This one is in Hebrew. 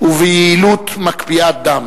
וביעילות מקפיאת דם.